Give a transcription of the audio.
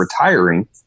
retiring